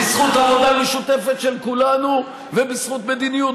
בזכות העבודה המשותפת של כולנו ובזכות מדיניות,